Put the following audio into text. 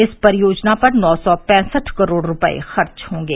इस परियोजना पर नौ सौ पैंसठ करोड़ रूपये खर्च होंगे